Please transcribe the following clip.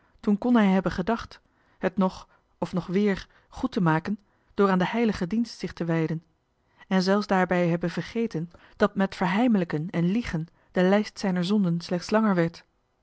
deftige dorp het nog of nog weêr goed te maken door aan den heiligen dienst zich te wijden en kon hij zelfs daarbij hebben vergeten dat met verheimelijken en liegen de lijst zijner zonden slechts langer werd